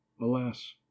alas